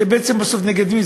בסוף זה בעצם נגד מי?